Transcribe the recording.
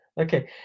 Okay